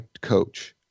coach